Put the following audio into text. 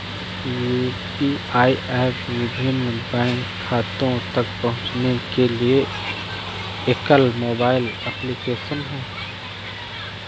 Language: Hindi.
यू.पी.आई एप विभिन्न बैंक खातों तक पहुँचने के लिए एकल मोबाइल एप्लिकेशन है